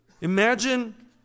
Imagine